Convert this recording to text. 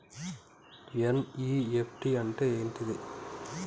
NEFT అంటే ఏంటిది?